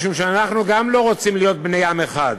משום שאנחנו גם לא רוצים להיות בני עם אחד.